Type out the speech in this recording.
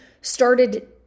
started